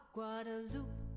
Guadeloupe